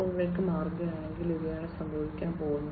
0 ലേക്ക് മാറുകയാണെങ്കിൽ ഇവയാണ് സംഭവിക്കാൻ പോകുന്നത്